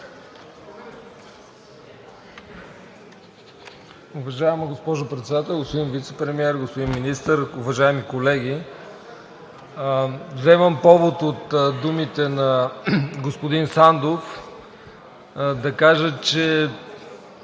Уважаема госпожо Председател, господин Вицепремиер, господин Министър, уважаеми колеги! Вземам повод от думите на господин Сандов, за да кажа, че,